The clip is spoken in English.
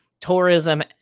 tourism